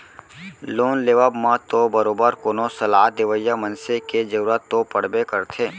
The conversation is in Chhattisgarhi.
लोन लेवब म तो बरोबर कोनो सलाह देवइया मनसे के जरुरत तो पड़बे करथे